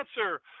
answer